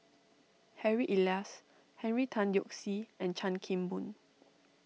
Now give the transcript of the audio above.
Harry Elias Henry Tan Yoke See and Chan Kim Boon